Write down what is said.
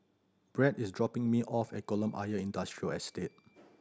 Brad is dropping me off at Kolam Ayer Industrial Estate